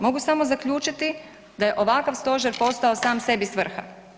Mogu samo zaključiti da je ovakav stožer postao sam sebi svrha.